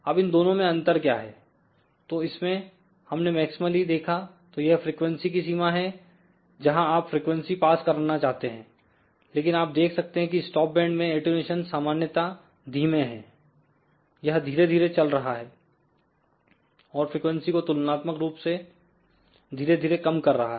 अब इन दोनों में अंतर क्या है तो इसमें हमने मैक्समली देखा तो यह फ्रीक्वेंसी की सीमा है जहां आप फ्रिकवेंसी पास करना चाहते हैं लेकिन आप देख सकते हैं कि स्टॉप बैंड में अटेंन्यूशन सामान्यता धीमे है यह धीरे धीरे चल रहा है और फ्रीक्वेंसी को तुलनात्मक रूप से धीरे धीरे कम कर रहा है